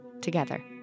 together